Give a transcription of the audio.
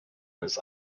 his